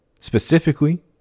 specifically